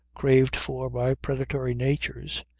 craved for by predatory natures.